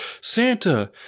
Santa